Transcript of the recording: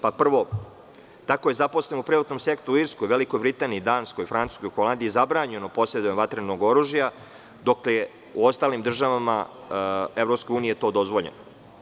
Prvo, tako je zaposlenom u privatnom sektoru u Irskoj, Velikoj Britaniji, Danskoj, Francuskoj u Holandiji zabranjeno posedovanje vatrenog oružja, dok je u ostalim državama EU to dozvoljeno.